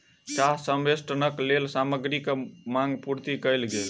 चाह संवेष्टनक लेल सामग्रीक मांग पूर्ति कयल गेल